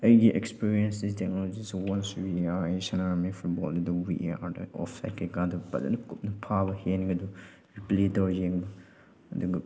ꯑꯩꯒꯤ ꯑꯦꯛꯁꯄꯤꯔꯦꯟꯁꯇꯗꯤ ꯇꯦꯛꯅꯣꯂꯣꯖꯤꯁꯦ ꯑꯩ ꯁꯥꯟꯅꯔꯝꯏ ꯐꯨꯠꯕꯣꯜꯗꯨꯗ ꯚꯤ ꯑꯦ ꯑꯥꯔꯗ ꯑꯣꯐ ꯁꯥꯏꯗ ꯀꯩꯀꯥꯗꯨ ꯐꯖꯅ ꯀꯨꯞꯅ ꯐꯥꯕ ꯍꯦꯟꯕꯗꯨ ꯔꯤꯄ꯭ꯂꯦ ꯇꯧꯔ ꯌꯦꯡꯕ ꯑꯗꯨꯒ